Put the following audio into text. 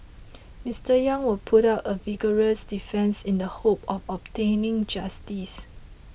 Mister Yang will put up a vigorous defence in the hope of obtaining justice